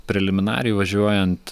preliminariai važiuojant